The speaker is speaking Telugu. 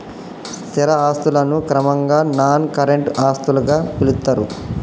స్థిర ఆస్తులను క్రమంగా నాన్ కరెంట్ ఆస్తులుగా పిలుత్తరు